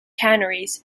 tanneries